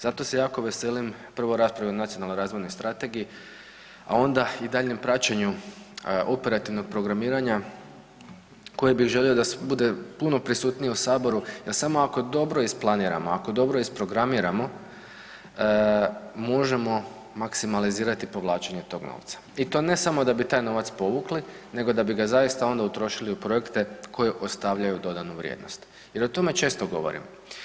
Zato se jako veselim prvo raspravi o Nacionalnoj razvojnoj strategiji, a onda i daljem praćenju operativnog programiranja koje bi želio da bude prisutnije u Saboru, da samo ako dobro isplaniramo, ako dobro isprogramiramo možemo maksimalizirati povlačenje tog novca i to ne samo da bi taj novac povukli nego da bi ga zaista onda utrošili u projekte koje ostavljaju dodanu vrijednost jer o tome često govorim.